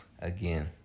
again